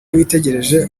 witegereje